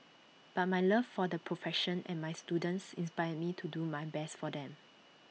but my love for the profession and my students inspires me to do my best for them